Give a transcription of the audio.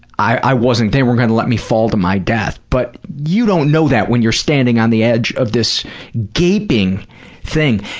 i wasn't, they weren't going to let me fall to my death, but you don't know that when you're standing on the edge of this gaping thing.